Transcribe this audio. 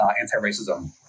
anti-racism